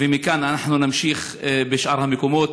ומכאן אנחנו נמשיך בשאר המקומות.